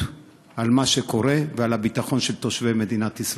למה שקורה ולביטחון של תושבי מדינת ישראל.